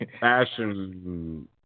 Fashion